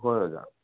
ꯍꯣꯏ ꯑꯣꯖꯥ